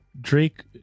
drake